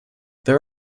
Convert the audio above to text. there